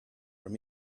from